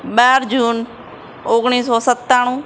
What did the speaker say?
બાર જૂન ઓગણીસસો સત્તાણું